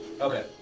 Okay